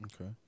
Okay